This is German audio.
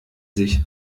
sich